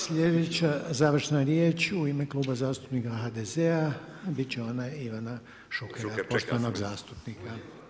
Sljedeća završna riječ u ime Kluba zastupnika HDZ-a bit će ona Ivana Šukera poštovanog zastupnika.